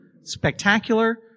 Spectacular